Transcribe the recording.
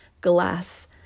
glass